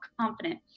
confident